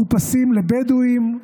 מחופשים לבדואים,